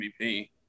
MVP